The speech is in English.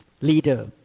leader